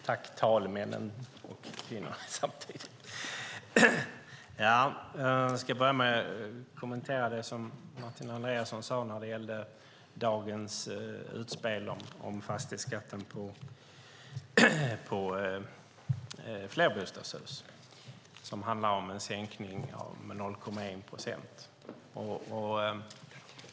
Herr talman! Jag ska börja med att kommentera det som Martin Andreasson sade om dagens utspel om fastighetsskatten på flerbostadshus som handlar om en sänkning med 0,1 procentenhet.